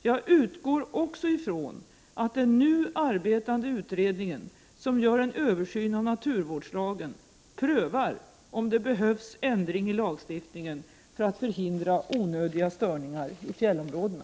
Jag utgår också ifrån att den nu arbetande utredningen som gör en översyn av naturvårdslagen prövar om det behövs ändring i lagstiftningen för att förhindra onödiga störningar i fjällområdena.